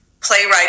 playwriting